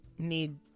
need